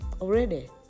already